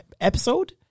episode